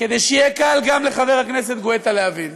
כדי שיהיה קל גם לחבר הכנסת גואטה להבין.